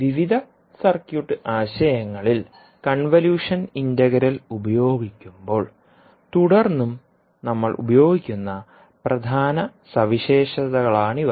വിവിധ സർക്യൂട്ട് ആശയങ്ങളിൽ convolution integral ഉപയോഗിക്കുമ്പോൾ നമ്മൾ തുടർന്നും ഉപയോഗിക്കുന്ന പ്രധാന സവിശേഷതകളാണിവ